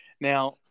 Now